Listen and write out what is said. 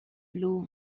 blue